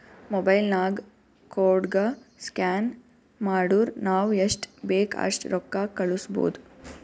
mobile ನಾಗ್ ಕೋಡ್ಗ scan ಮಾಡುರ್ ನಾವ್ ಎಸ್ಟ್ ಬೇಕ್ ಅಸ್ಟ್ ರೊಕ್ಕಾ ಕಳುಸ್ಬೋದ್